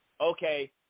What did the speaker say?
okay